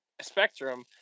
spectrum